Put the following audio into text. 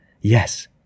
Yes